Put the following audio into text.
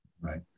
Right